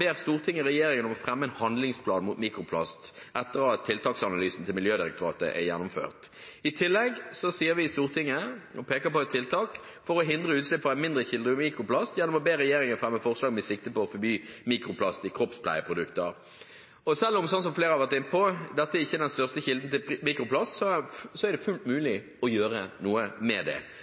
ber Stortinget regjeringen om å fremme en handlingsplan mot mikroplast etter at tiltaksanalysen til Miljødirektoratet er gjennomført. I tillegg peker vi i Stortinget på et tiltak for å hindre utslipp fra en mindre kilde til mikroplast gjennom å be regjeringen fremme forslag med sikte på å forby mikroplast i kroppspleieprodukter. Selv om dette, slik flere har vært inne på, ikke er den største kilden til mikroplast, er det fullt mulig å gjøre noe med det. Og som kjent er det sånn at de tingene man kan gjøre noe med, er det